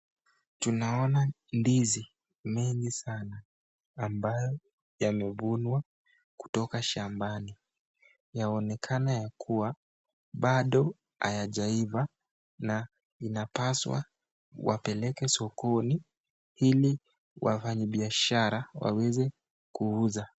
Tunaona ndizi mengi sana ambayo yamevunwa kutoka shambani yaonekana ya kuwa bado hayajaiva na inapaswa wapeleke sokoni ili wafanyi biashara waweze kuuza.